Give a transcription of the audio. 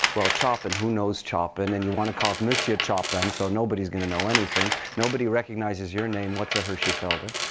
well chop-in who knows chop-in? and you want to call it monsieur chop-in. so nobody's going to know anything. nobody recognizes your name. what's a hershey felder?